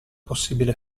possibile